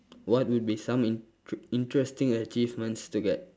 what would be some int~ interesting achievements to get